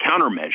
countermeasures